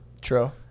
true